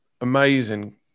amazing